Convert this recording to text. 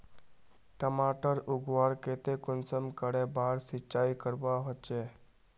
टमाटर उगवार केते कुंसम करे बार सिंचाई करवा होचए?